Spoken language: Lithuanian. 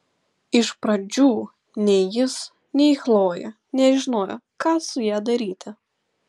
iš pradžių nei jis nei chlojė nežinojo ką su ja daryti